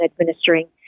administering